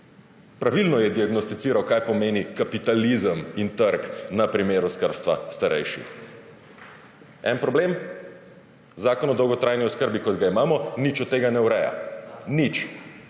Pravilno je diagnosticiral, kaj pomeni kapitalizem in trg na primeru skrbstva starejših. En problem? Zakon o dolgotrajni oskrbi, kot ga imamo, nič od tega ne ureja, nič.